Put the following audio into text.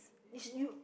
it's you